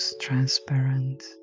transparent